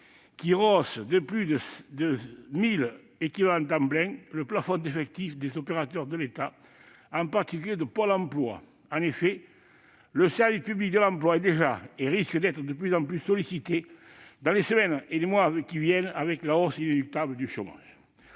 rehausse de plus de 1 000 ETP le plafond d'effectifs des opérateurs de l'État, en particulier ceux de Pôle emploi. En effet, le service public de l'emploi est déjà et risque d'être de plus en plus sollicité dans les semaines et les mois qui viennent, en raison de la hausse inéluctable du chômage.